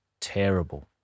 Terrible